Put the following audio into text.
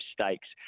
Stakes